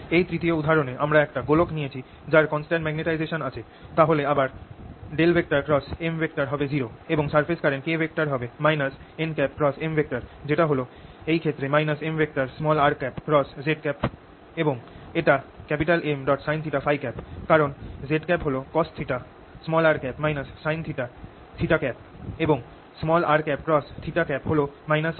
এই তৃতীয় উদাহরণে আমরা একটা গোলক নিয়েছি যার কনস্ট্যান্ট মাগনেটাইসেশান আছে তাহলে আবার M হবে 0 এবং সারফেস কারেন্ট K হবে nM যেটা এই ক্ষেত্রে Mrz হবে এবং এটা Msinθ ø কারণ z হল cosθ r sinθ এবং r হল ø